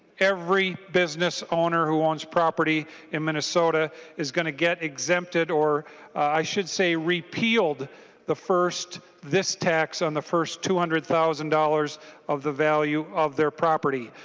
every business owner who owns property in minnesota is going to get exempted or i should say repealed the first this tax on the first two hundred zero dollars of the value of their property.